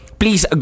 please